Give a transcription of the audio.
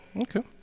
okay